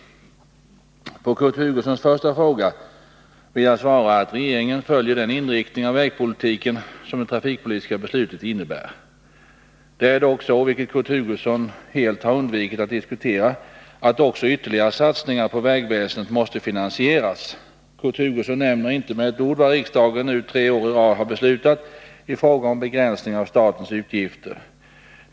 På Kurt Hugossons första fråga vill jag svara att regeringen följer den inriktning av vägpolitiken som det trafikpolitiska beslutet innebär. Det är dock så — vilket Kurt Hugosson helt har undvikit att diskutera — att också ytterligare satsningar på vägväsendet måste finansieras. Kurt Hugosson nämner inte med ett ord vad riksdagen nu tre år i rad har beslutat i fråga om begränsningar av statens utgifter.